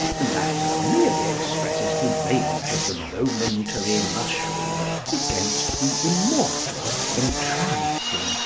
the latter merely expresses the rage of the momentary mushroom against the immortal, entrancing,